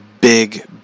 big